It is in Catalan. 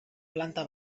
planta